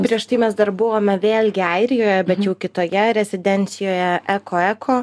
prieš tai mes dar buvome vėlgi airijoje bet jau kitoje rezidencijoje eko eko